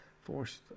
forced